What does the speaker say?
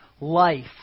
life